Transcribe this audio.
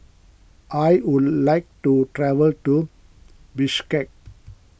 I would like to travel to Bishkek